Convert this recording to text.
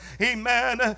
Amen